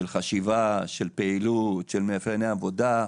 של חשיבה, של פעילות, של מאפייני עבודה.